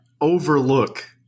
overlook